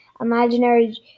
imaginary